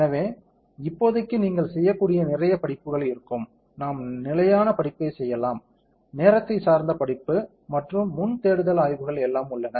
எனவே இப்போதைக்கு நீங்கள் செய்யக்கூடிய நிறைய படிப்புகள் இருக்கும் நாம் நிலையான படிப்பைச் செய்யலாம் நேரத்தைச் சார்ந்த படிப்பு மற்றும் முன் தேடுதல் ஆய்வுகள் எல்லாம் உள்ளன